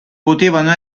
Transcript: potevano